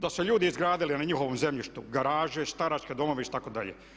Da su izgradili na njihovom zemljištu garaže, staračke domove itd.